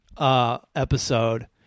Episode